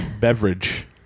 Beverage